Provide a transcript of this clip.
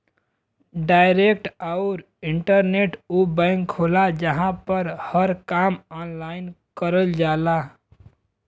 direct आउर internet उ bank होला जहां पर हर काम ऑनलाइन करल जाला